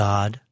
God